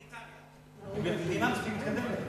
בריטניה היא מדינה מספיק מתקדמת?